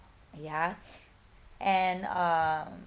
ya and um